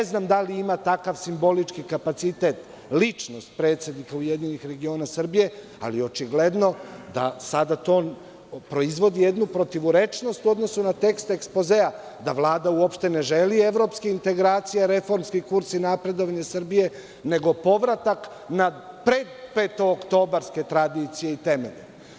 Ne znam da li ima takav simbolički kapacitet ličnost predsednika URS, ali očigledno da sada to proizvodi jednu protivurečnost u odnosu na tekst ekspozea, da Vlada uopšte ne želi evropske integracije, reformski kurs i napredovanje Srbije, nego povratak na pred petooktobarske tradicije i temelje.